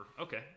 Okay